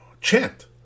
chant